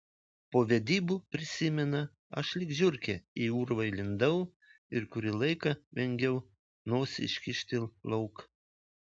po vedybų prisimena aš lyg žiurkė į urvą įlindau ir kurį laiką vengiau nosį iškišti lauk